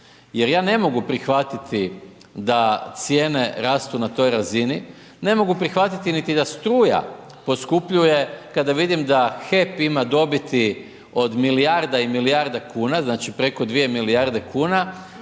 Jer ja ne mogu prihvatiti da cijene rastu na toj razini, ne mogu prihvatiti niti da struja poskupljuje kada vidim da HEP ima dobiti od milijarda i milijardu kuna, znači preko dvije milijarde kuna.